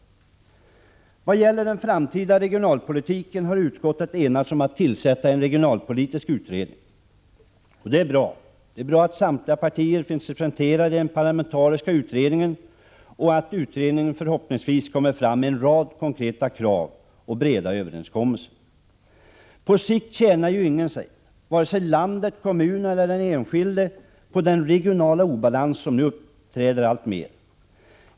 När det gäller den framtida regionalpolitiken har utskottet enats om att tillsätta en regionalpolitisk utredning. Det är bra. Det är också bra om samtliga partier finns representerade i den parlamentariska utredningen. Förhoppningsvis kommer utredningen fram till en rad konkreta krav och breda överenskommelser. På sikt tjänar ju ingen, vare sig landet, kommunerna eller den enskilde, på den regionala obalans som nu framträder alltmer.